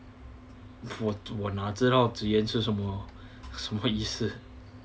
我哪知道 zhi yan 是什么